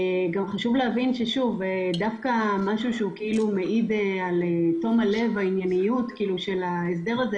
חשוב להבין שזה דווקא משהו שמעיד על תום הלב והענייניות של ההסדר הזה.